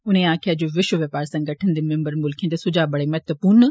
उनें आक्खेआ जे विश्व व्यौपार संगठन दे मिम्बर मुल्ख दे सुझा बड़े महत्वपूर्ण न